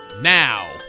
now